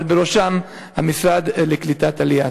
אבל בראשם משרד הקליטה והעלייה.